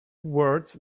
words